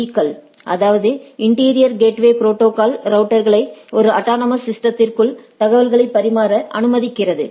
பீ க்கள் அதாவது interior gateway protocol ரவுட்டர்களை ஒரு அட்டானமஸ் சிஸ்டதிற்குள் தகவல்களைப் பரிமாற அனுமதிக்கிறது